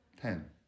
ten